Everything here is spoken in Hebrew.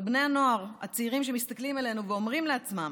על בני הנוער הצעירים שמסתכלים עלינו ואומרים לעצמם: